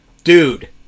Dude